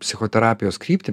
psichoterapijos kryptį